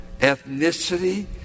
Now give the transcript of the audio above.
ethnicity